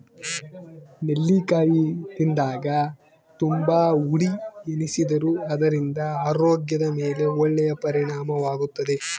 ನೆಲ್ಲಿಕಾಯಿ ತಿಂದಾಗ ತುಂಬಾ ಹುಳಿ ಎನಿಸಿದರೂ ಅದರಿಂದ ಆರೋಗ್ಯದ ಮೇಲೆ ಒಳ್ಳೆಯ ಪರಿಣಾಮವಾಗುತ್ತದೆ